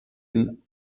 den